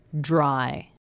dry